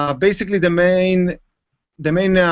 ah basically the main the main yeah